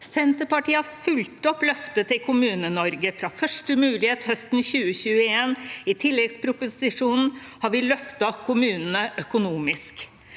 Senterpartiet har fulgt opp løftet til Kommune-Norge. Fra første mulighet høsten 2021, i tilleggsproposisjonen, har vi løftet kommunene økonomisk.